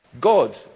God